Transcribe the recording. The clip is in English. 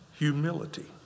Humility